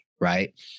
right